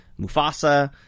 Mufasa